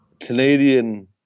Canadian